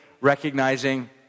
recognizing